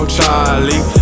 Charlie